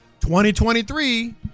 2023